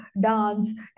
dance